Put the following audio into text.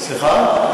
סליחה?